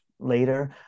later